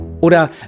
Oder